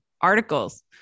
articles